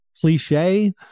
cliche